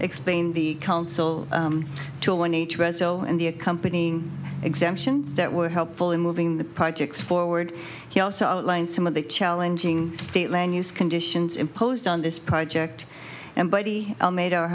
explain the council and the accompanying exemptions that were helpful in moving the projects forward he also outlined some of the challenging state land use conditions imposed on this project and body made our